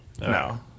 No